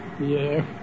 Yes